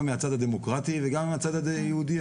גם מהצד הדמוקרטי וגם מהצד היהודי.